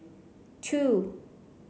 two